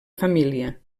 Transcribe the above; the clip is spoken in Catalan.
família